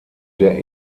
der